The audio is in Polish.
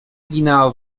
zginęła